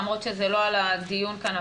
למרות שזה לא על הדיון כאן,